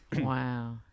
wow